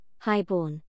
Highborn